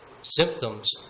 symptoms